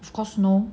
of course no